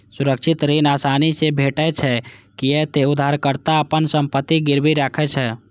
सुरक्षित ऋण आसानी से भेटै छै, कियै ते उधारकर्ता अपन संपत्ति गिरवी राखै छै